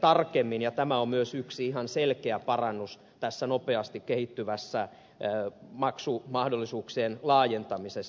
tarkemmin ja tämä on myös yksi ihan selkeä parannus tässä nopeasti kehittyvässä maksumahdollisuuksien laajentamisessa